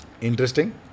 Interesting